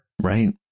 Right